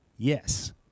Yes